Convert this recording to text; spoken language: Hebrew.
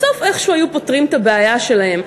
בסוף איכשהו היו פותרים את הבעיה שלהם.